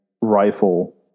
rifle